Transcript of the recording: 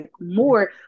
more